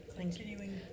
Continuing